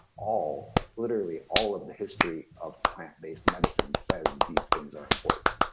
all, literally all of the history of plant-based medicine says these things are important.